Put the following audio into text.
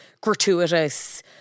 gratuitous